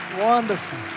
wonderful